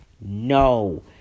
No